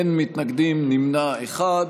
אין מתנגדים, נמנע אחד.